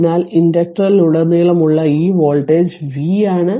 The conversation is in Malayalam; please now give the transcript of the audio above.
അതിനാൽ ഇൻഡക്ടറിലുടനീളമുള്ള ഈ വോൾട്ടേജ് v ആണ്